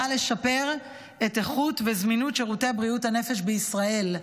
לשפר את איכות וזמינות שירותי בריאות הנפש בישראל.